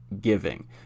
giving